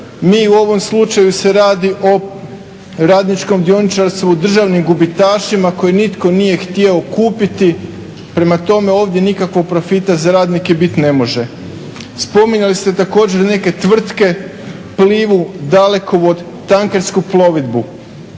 U ovom slučaju se radi o radničkom dioničarstvu državnim gubitašima koje nitko nije htio kupiti, prema tome ovdje nikakvog profita za radnike bit ne može. Spominjali ste također neke tvrtke, Plivu, Dalekovod, Tankersku plovidbu